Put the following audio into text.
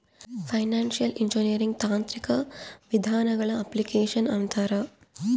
financial engineering ತಾಂತ್ರಿಕ ವಿಧಾನಗಳ application ಅಂತಾರ